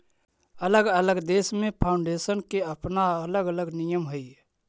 अलग अलग देश में फाउंडेशन के अपना अलग अलग नियम हई